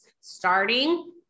starting